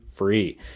free